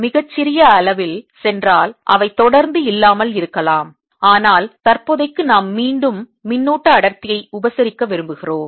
நான் மிகச் சிறிய அளவில் சென்றால் அவை தொடர்ந்து இல்லாமல் இருக்கலாம் ஆனால் தற்போதைக்கு நாம் மீண்டும் மின்னூட்ட அடர்த்தியை உபசரிக்க விரும்புகிறோம்